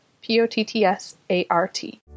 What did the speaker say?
P-O-T-T-S-A-R-T